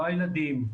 לא הילדים,